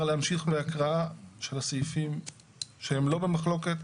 להמשיך בהקראה של הסעיפים שהם לא במחלוקת.